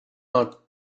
not